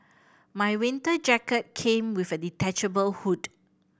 my winter jacket came with a detachable hood